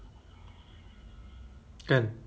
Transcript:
normally the maid off sunday kan one day off kan